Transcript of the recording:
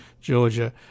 Georgia